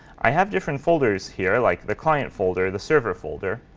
i have different folders here, like the client folder, the server folder.